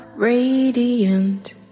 Radiant